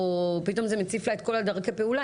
או פתאום זה מציף לה את כל דרכי הפעולה,